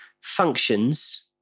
functions